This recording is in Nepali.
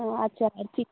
अँ आच्छ ठिक